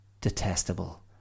detestable